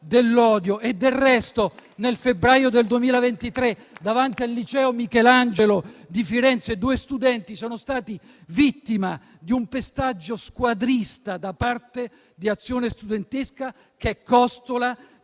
nel febbraio 2023, davanti al liceo Michelangelo di Firenze due studenti sono stati vittima di un pestaggio squadrista da parte di Azione Studentesca, che è costola di